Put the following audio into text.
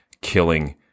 killing